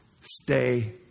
stay